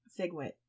Figwit